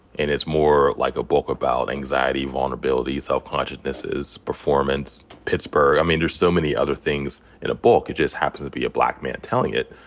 and it's more like a book about anxiety, vulnerability, self-consciousnesses, performance, pittsburgh. i mean, there's so many other things in the book. it just happens to be a black man telling it.